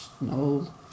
No